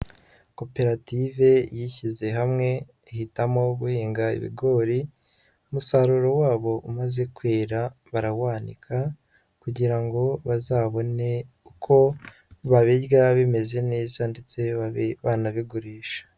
Koperative yishyize hamwe ihitamo guhinga ibigori, umusaruro wabo umaze kwera barawanika kugira ngo bazabone uko babirya bimeze neza ndetse babe banabigurisha.